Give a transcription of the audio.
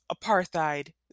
apartheid